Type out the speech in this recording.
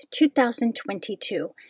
2022